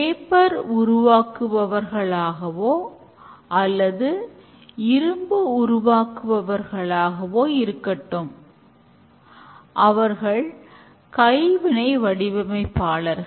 paper உருவாக்குபவர்களாகவோ அல்லது இரும்பு உருவாக்குபவர்ளாகவோ இருக்கட்டும் அவர்கள் கைவினை வடிவமைப்பாளர்கள்